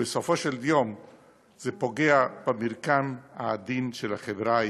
ובסופו של יום זה פוגע במרקם העדין של החברה הישראלית.